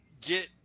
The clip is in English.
get